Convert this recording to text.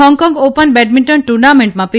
Hong Kong open badminton ટુર્નામેન્ટમાં પી